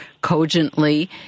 cogently